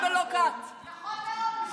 ההלכה היהודית,